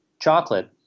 chocolate